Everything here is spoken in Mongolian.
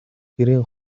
гэрийн